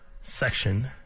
section